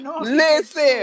Listen